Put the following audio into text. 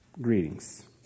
Greetings